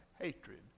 hatred